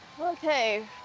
Okay